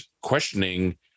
questioning